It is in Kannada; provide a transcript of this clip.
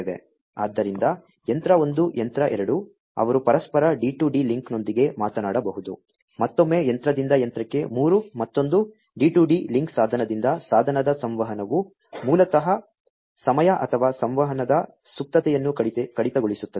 ಆದ್ದರಿಂದ ಯಂತ್ರ 1 ಯಂತ್ರ 2 ಅವರು ಪರಸ್ಪರ D2D ಲಿಂಕ್ನೊಂದಿಗೆ ಮಾತನಾಡಬಹುದು ಮತ್ತೊಮ್ಮೆ ಯಂತ್ರದಿಂದ ಯಂತ್ರಕ್ಕೆ 3 ಮತ್ತೊಂದು D2D ಲಿಂಕ್ ಸಾಧನದಿಂದ ಸಾಧನದ ಸಂವಹನವು ಮೂಲತಃ ಸಮಯ ಅಥವಾ ಸಂವಹನದ ಸುಪ್ತತೆಯನ್ನು ಕಡಿತಗೊಳಿಸುತ್ತದೆ